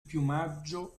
piumaggio